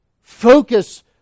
focus